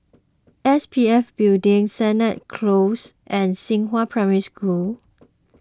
S P F Building Sennett Close and Xinghua Primary School